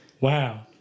Wow